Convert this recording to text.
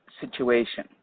situation